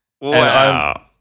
Wow